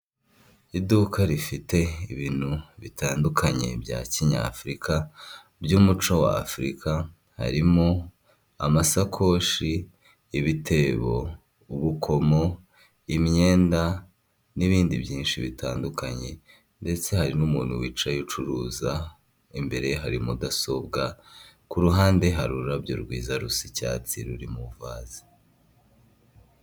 Amafaranga y'amanyamahanga yo mu gihugu cy'ubuhinde yo muri banki rizavu y'ubuhinde, ikaba ari amafaranga magana cyenda afite ishusho ya mahati magandi.